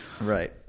Right